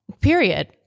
Period